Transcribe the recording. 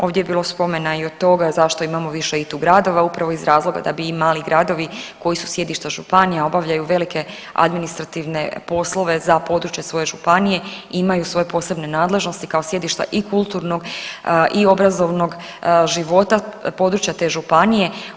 Ovdje je bilo spomena i od toga zašto imamo više i tu gradova upravo iz razloga da bi i mali gradovi koji su sjedišta županija obavljaju velike administrativne poslove za područje svoje županije, imaju svoje posebne nadležnosti kao sjedišta i kulturnog i obrazovnog života područja te županije.